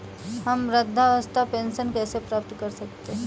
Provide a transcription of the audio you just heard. हम वृद्धावस्था पेंशन कैसे प्राप्त कर सकते हैं?